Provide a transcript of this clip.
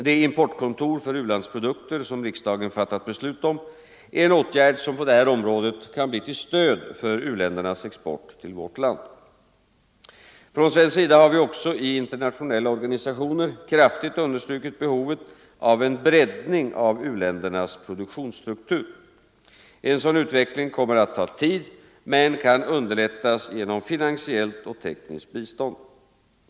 Det importkontor för u-landsprodukter som riksdagen fattat beslut om är en åtgärd som på detta område kan bli till stöd för u-ländernas export till vårt land. Från svensk sida har vi också i internationella organisationer kraftigt understrukit behovet av en breddning av u-ländernas produktionsstruktur. En sådan utveckling kommer att ta tid men kan underlättas genom finansiellt och tekniskt bistånd.